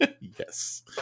Yes